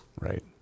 Right